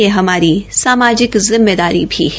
यह हमारी सामाजिक जिम्मेदारी भी है